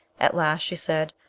at last she said,